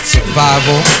Survival